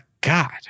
god